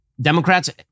Democrats